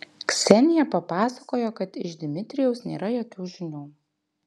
ksenija papasakojo kad iš dmitrijaus nėra jokių žinių